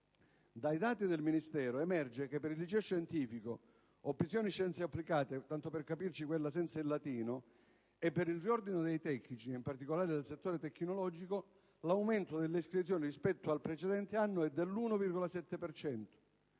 Dai dati del Ministero emerge infatti che per il liceo scientifico, opzione scienze applicate (quella senza il latino), e per il riordino dei tecnici (in particolare nel settore tecnologico) l'aumento delle iscrizioni rispetto al precedente anno è dell'1,7